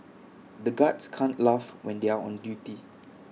the guards can't laugh when they are on duty